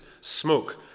smoke